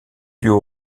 lieux